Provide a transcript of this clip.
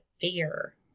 fear